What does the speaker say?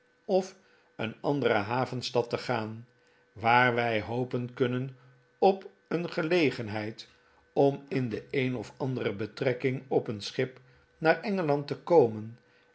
of een andere havenstad te gaan waar wij hopen kunnen op een gelegenheid om in de een of andere betrekking op een schip naar engeland te komen